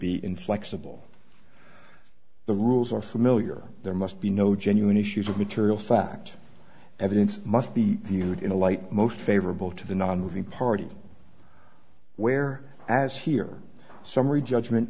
be inflexible the rules are familiar there must be no genuine issues of material fact evidence must be viewed in the light most favorable to the nonmoving party where as here summary judgment